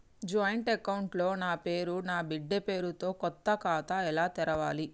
Joint account లో నా పేరు నా బిడ్డే పేరు తో కొత్త ఖాతా ఎలా తెరవాలి?